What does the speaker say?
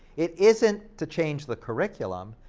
it isn't to change the curriculum,